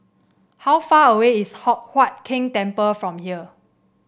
how far away is Hock Huat Keng Temple from here